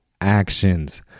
actions